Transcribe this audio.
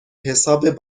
حساب